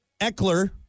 Eckler